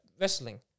wrestling